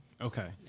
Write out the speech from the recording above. Okay